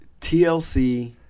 TLC